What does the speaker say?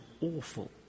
awful